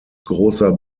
großer